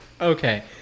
Okay